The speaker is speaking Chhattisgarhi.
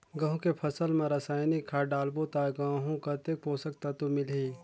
गंहू के फसल मा रसायनिक खाद डालबो ता गंहू कतेक पोषक तत्व मिलही?